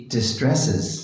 Distresses